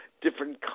different